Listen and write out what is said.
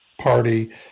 party